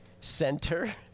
center